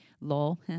Lol